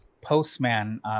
Postman